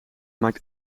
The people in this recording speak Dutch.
maakt